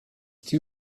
too